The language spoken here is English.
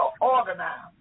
organized